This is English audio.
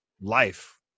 life